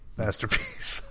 masterpiece